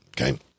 okay